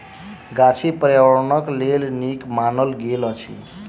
गाछी पार्यावरणक लेल नीक मानल गेल अछि